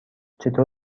چطور